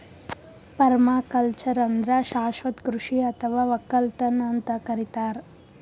permaculture ಅಂದ್ರ ಶಾಶ್ವತ್ ಕೃಷಿ ಅಥವಾ ವಕ್ಕಲತನ್ ಅಂತ್ ಕರಿತಾರ್